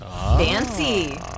Fancy